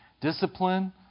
Discipline